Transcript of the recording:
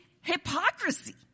hypocrisy